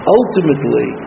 ultimately